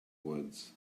woods